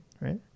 right